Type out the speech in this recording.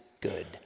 good